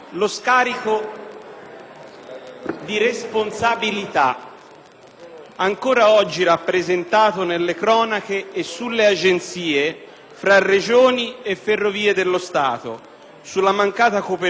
ancora oggi rappresentato nelle cronache e sulle agenzie di stampa, fra Regioni e Ferrovie dello Stato sulla mancata copertura dei servizi regionali e dei treni a lunga percorrenza.